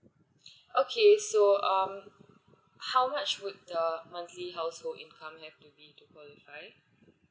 okay so um how much would the monthly household income have to be qualify